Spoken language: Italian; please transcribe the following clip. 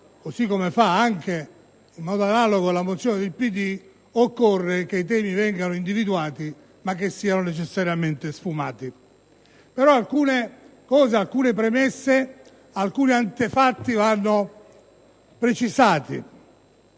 così come fa anche in modo analogo la mozione del PD, occorre che i temi vengano individuati, ma che siano necessariamente sfumati. Tuttavia alcune premesse vanno fatte. Innanzi